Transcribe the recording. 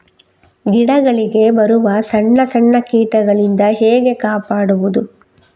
ಗಿಡಗಳಿಗೆ ಬರುವ ಸಣ್ಣ ಸಣ್ಣ ಕೀಟಗಳಿಂದ ಹೇಗೆ ಕಾಪಾಡುವುದು?